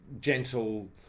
gentle